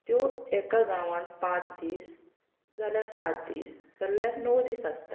त्यो एका गांवांत पांच दीस जाल्यार सात दीस जाल्यार णव दीस आसता